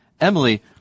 Emily